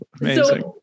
amazing